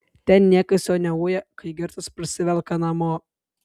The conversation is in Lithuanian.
ten niekas jo neuja kai girtas parsivelka namo